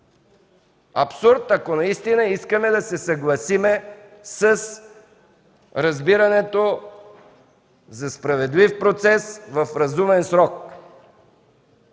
абсурд, ако наистина искаме да се съгласим с разбирането за справедлив процес в разумен срок.